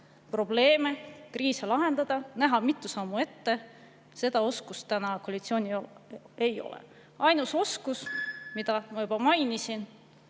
probleeme ja kriise lahendada, näha mitu sammu ette koalitsioonil ei ole. Ainus oskus, mida ma juba mainisin,